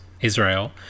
Israel